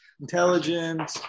intelligent